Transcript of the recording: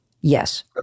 Yes